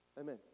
Amen